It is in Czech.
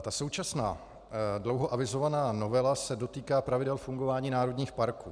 Ta současná dlouho avizovaná novela se dotýká pravidel fungování národních parků.